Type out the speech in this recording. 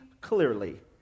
clearly